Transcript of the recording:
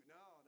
no